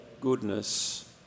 goodness